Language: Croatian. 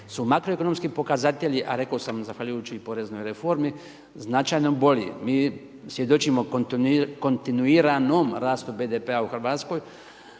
su makroekonomski pokazatelji a rekao sam zahvaljujući i poreznoj reformi značajno bolji, mi svjedočimo kontinuiranom rastu BDP-a u Hrvatskoj,